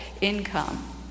income